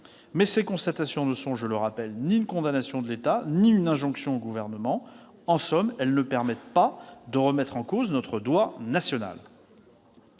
ces constatations ne sont ni une condamnation de l'État ni une injonction au Gouvernement. En somme, elles ne permettent pas de remettre en cause notre droit national.